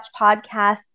podcasts